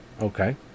Okay